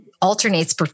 alternates